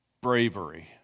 bravery